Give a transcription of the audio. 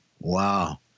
Wow